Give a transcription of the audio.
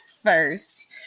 First